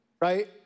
right